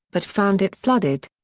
but found it flooded.